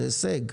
זה הישג.